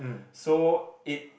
so it